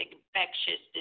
Infectious